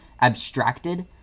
abstracted